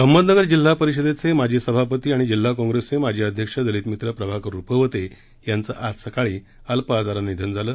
अहमदनगर जिल्हा परिषदेचे माजी सभापती आणि जिल्हा काँग्रेसचे माजी अध्यक्ष दलितमित्र प्रभाकर रुपवते यांचं आज सकाळी अल्पशा आजारानं निधन झालं